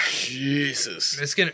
Jesus